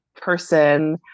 person